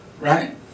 Right